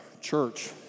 church